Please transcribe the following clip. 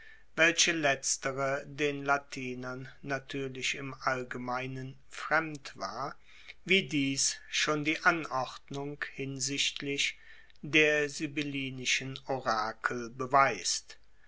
welche letztere den latinern natuerlich im allgemeinen fremd war wie dies schon die anordnung hinsichtlich der sibyllinischen orakel beweist